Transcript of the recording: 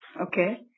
Okay